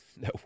No